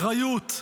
אחריות,